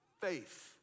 faith